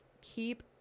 Keep